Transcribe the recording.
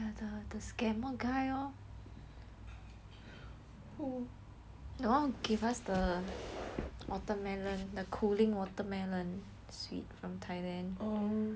the one who gave us the watermelon the cooling watermelon sweet from thailand